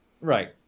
right